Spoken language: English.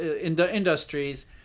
industries